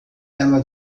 ela